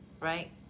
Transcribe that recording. right